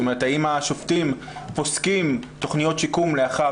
זאת אומרת האם השופטים פוסקים תוכניות שיקום לאחר